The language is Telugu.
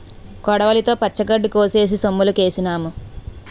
కొడవలితో పచ్చగడ్డి కోసేసి సొమ్ములుకేసినాం